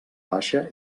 baixa